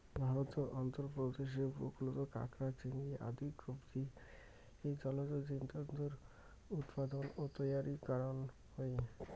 ভারতর অন্ধ্রপ্রদেশ উপকূলত কাকড়া, চিংড়ি আদি কবচী জলজ জীবজন্তুর উৎপাদন ও তৈয়ারী করন হই